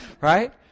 right